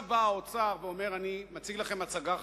עכשיו בא האוצר ואומר: אני מציג לכם הצגה חלופית.